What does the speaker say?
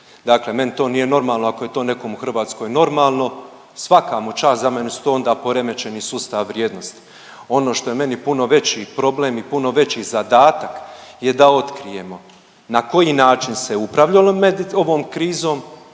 Dakle, meni to nije normalno. Ako je to nekom u Hrvatskoj normalno svaka mu čast, za mene su to onda poremećeni sustavi vrijednosti. Ono što je meni puno veći problem i puno veći zadatak je da otkrijemo na koji način se upravljalo ovom krizom,